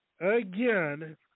again